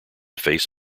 face